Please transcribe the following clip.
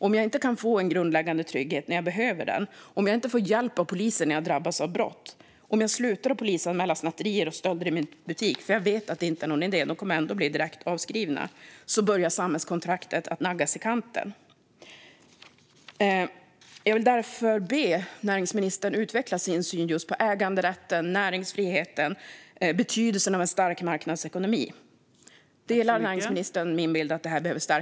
Om jag inte kan känna den grundläggande tryggheten när jag behöver den, om jag inte får hjälp av polisen när jag drabbas av brott, om jag slutar polisanmäla snatterier och stölder i min butik eftersom jag vet att det inte är någon idé - de kommer ändå att skrivas av direkt - börjar samhällskontraktet naggas i kanten. Jag vill därför be näringsministern utveckla sin syn på just äganderätten, näringsfriheten och betydelsen av en stark marknadsekonomi. Delar näringsministern min bild att det här behöver stärkas?